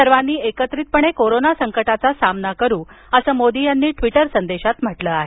सर्वांनी एकत्रितपणे कोरोना संकटाचा सामना करू असं मोदी यांनी ट्वीटर संदेशात म्हटलं आहे